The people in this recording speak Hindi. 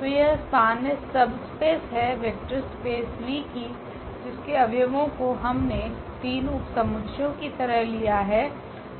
तो यह SPAN सबस्पेस है वेक्टर स्पेस V की जिसके अव्यवो को हमने तीन उपसमुच्चयों की तरह लिया है